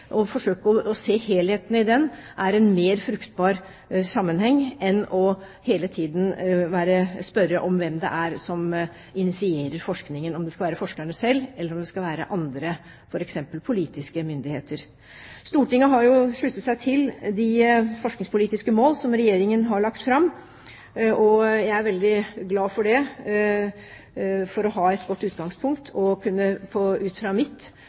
er en mer fruktbar sammenheng enn hele tiden å spørre om hvem det er som initierer forskningen – om det skal være forskerne selv, eller om det skal være andre, f.eks. politiske myndigheter. Stortinget har sluttet seg til de forskningspolitiske mål som Regjeringen har lagt fram, og jeg er veldig glad for å ha et godt utgangspunkt og ut fra mitt